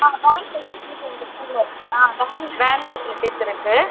ஆமாம் van facilities எங்கள் ஸ்கூலில் ஆமாம் வேன் வேன் ஃபெசிலிட்டிஸ் இருக்குது